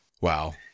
Wow